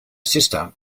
sister